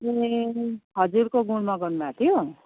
ए खजुरको गुडमा गर्नुभएको थियो